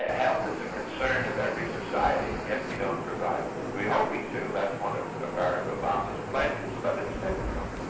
ah health is a concern of every society, and yet we don't provide for it. we're hoping to, that's one of barack obama's pledges, but it's difficult.